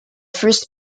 first